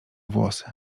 włosy